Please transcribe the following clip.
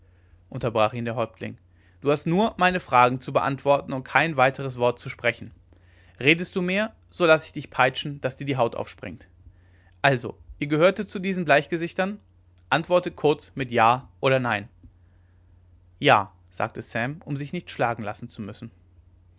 unterbrach ihn der häuptling du hast nur meine fragen zu beantworten und kein weiteres wort zu sprechen redest du mehr so laß ich dich peitschen daß dir die haut aufspringt also ihr gehörtet zu diesen bleichgesichtern antworte kurz mit ja oder mit nein ja sagte sam um sich nicht schlagen lassen zu müssen